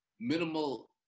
minimal